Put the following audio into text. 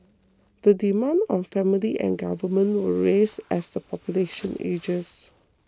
the demands on families and government will rise as the population ages